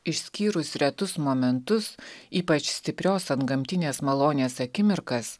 išskyrus retus momentus ypač stiprios antgamtinės malonės akimirkas